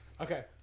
Okay